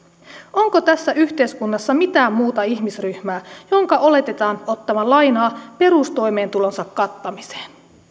onko tässä yhteiskunnassa mitään muuta ihmisryhmää jonka oletetaan ottavan lainaa perustoimeentulonsa kattamiseen